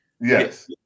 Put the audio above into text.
Yes